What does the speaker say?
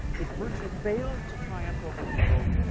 if virtue fails to triumph over evil,